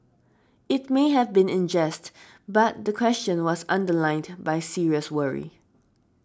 it may have been in jest but the question was underlined by serious worry